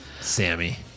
Sammy